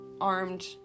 armed